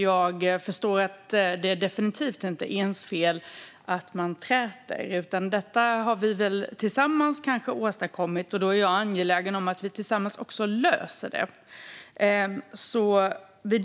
Jag förstår att det definitivt inte är ens fel att man träter, utan det har vi kanske åstadkommit tillsammans. Då är jag angelägen om att vi också löser det tillsammans.